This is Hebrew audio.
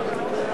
(סמכות בענייני גיור),